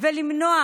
ולמנוע